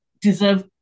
deserve